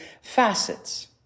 facets